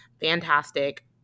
fantastic